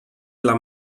dla